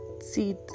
See